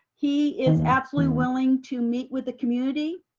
he is absolutely willing to meet with the community.